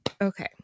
Okay